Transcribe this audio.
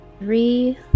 three